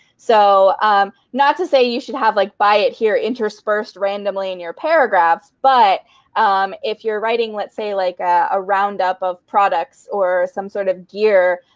so not to say you should have, like buy it here interspersed randomly in your paragraphs. but if you're writing, let's say like a roundup of products or some sort of gear,